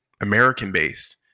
American-based